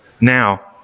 Now